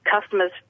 Customers